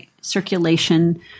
circulation